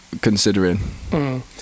considering